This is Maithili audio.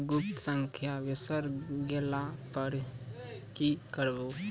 एकरऽ गुप्त संख्या बिसैर गेला पर की करवै?